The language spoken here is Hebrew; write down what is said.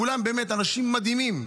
כולם באמת אנשים מדהימים,